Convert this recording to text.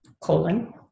colon